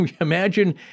Imagine